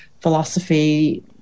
philosophy